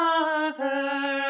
Mother